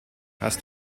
hast